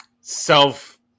self